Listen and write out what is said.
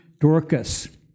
Dorcas